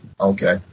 okay